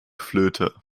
flöte